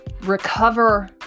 recover